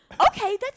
Okay